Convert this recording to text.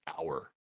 hour